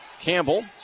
Campbell